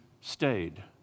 stayed